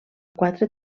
quatre